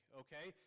okay